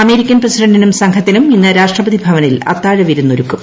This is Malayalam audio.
അമേരിക്കൻ പ്രസിഡന്റിനും സംഘത്തിനും ഇന്ന് രാഷ്ട്രപതി ഭവനിൽ അത്താഴ വിരുന്ന് ഒരുക്കും